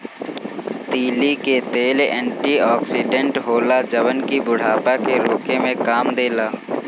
तीली के तेल एंटी ओक्सिडेंट होला जवन की बुढ़ापा के रोके में काम देला